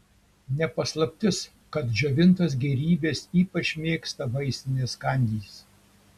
ne paslaptis kad džiovintas gėrybes ypač mėgsta vaisinės kandys